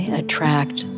attract